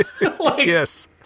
yes